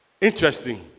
interesting